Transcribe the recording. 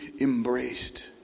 embraced